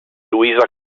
luisa